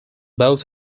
both